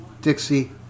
Dixie